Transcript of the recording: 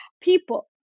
people